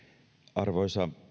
arvoisa